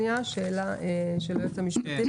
שאלה של היועץ המשפטי.